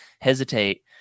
hesitate